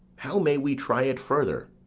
how may we try it further?